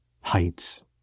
heights